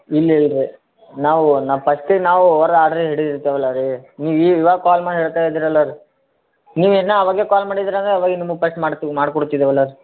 ಇಲ್ಲ ಇಲ್ಲ ರೀ ನಾವು ನಾವು ಪಸ್ಟಿಗೆ ನಾವು ಅವ್ರ ಆರ್ಡ್ರ್ ಹಿಡಿದಿರ್ತೇವಲ್ಲ ರೀ ನೀವು ಈಗ ಇವಾಗ ಕಾಲ್ ಮಾಡಿ ಹೇಳ್ತಾ ಇದ್ದೀರಲ್ಲ ರ್ ನೀವು ಇನ್ನೂ ಅವಾಗ್ಲೇ ಕಾಲ್ ಮಾಡಿದ್ರಂದ್ರೆ ಅವಾಗೇ ನಿಮಗೆ ಪಸ್ಟ್ ಮಾಡಿ ಮಾಡಿಕೊಡ್ತಿದ್ದೇವಲ್ಲ ರೀ